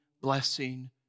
blessing